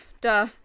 duh